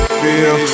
feel